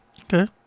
okay